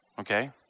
okay